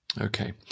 Okay